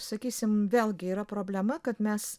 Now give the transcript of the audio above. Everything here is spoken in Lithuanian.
sakysim vėlgi yra problema kad mes